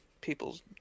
people's